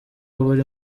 buri